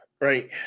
Right